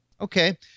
Okay